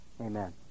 Amen